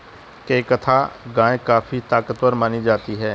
केंकथा गाय काफी ताकतवर मानी जाती है